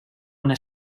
una